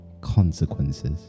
consequences